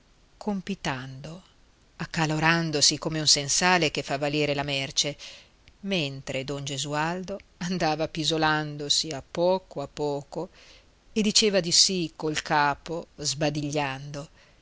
motta compitando accalorandosi come un sensale che fa valere la merce mentre don gesualdo andava appisolandosi a poco a poco e diceva di sì col capo sbadigliando